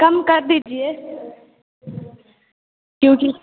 कम कर दीजिए क्योंकि